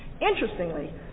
Interestingly